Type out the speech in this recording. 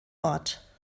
ort